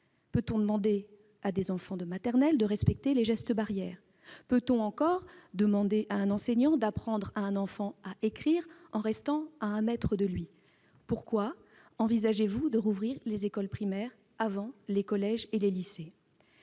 Peut-on demander à des enfants de maternelle de respecter les gestes barrières ? Peut-on demander à un enseignant d'apprendre à écrire à un enfant en restant à un mètre de lui ? Pourquoi envisagez-vous de rouvrir les écoles primaires avant les collèges et les lycées ?